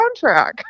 soundtrack